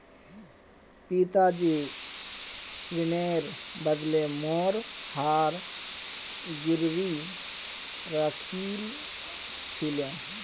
पिताजी ऋनेर बदले मोर हार गिरवी राखिल छिले